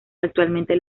actualmente